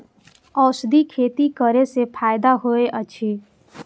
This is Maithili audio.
औषधि खेती करे स फायदा होय अछि?